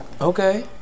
Okay